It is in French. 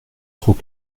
trop